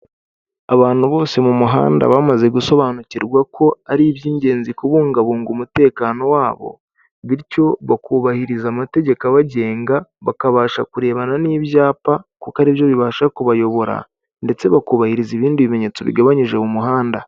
Abantu bose mu muhanda bamaze gusobanukirwa ko ari iby'ingenzi kubungabunga umutekano wabo, bityo bakubahiriza amategeko abagenga bakabasha kurebana n'ibyapa kuko ari byo bibasha kubayobora ndetse bakubahiriza ibindi bimenyetso bigabanyije mu muhanda.